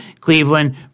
Cleveland